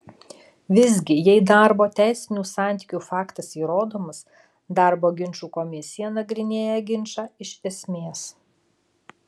visgi jei darbo teisinių santykių faktas įrodomas darbo ginčų komisija nagrinėja ginčą iš esmės